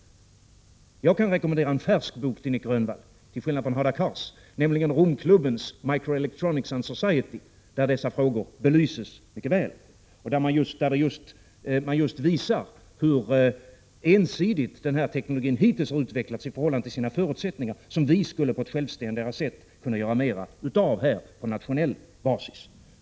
Jag kan, i motsats till Hadar Cars, rekommendera en färsk bok, nämligen Romklubbens Microelectronics and Society. Där belyser man dessa frågor mycket väl och visar just hur ensidigt den här teknologin hittills har utvecklats i förhållande till sina förutsättningar. På nationell basis och på ett självständigare sätt skulle vi i Sverige kunna göra mera av denna teknologi.